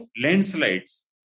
landslides